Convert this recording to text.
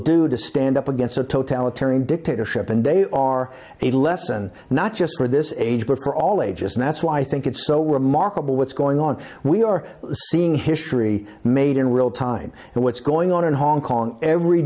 do to stand up against a totalitarian dictatorship and they are a lesson not just for this is age but for all ages and that's why i think it's so remarkable what's going on we are seeing history made in real time and what's going on and hong kong every